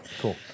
Cool